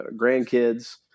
grandkids